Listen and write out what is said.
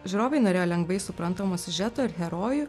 žiūrovai norėjo lengvai suprantamo siužeto ir herojų